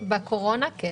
בקורונה כן.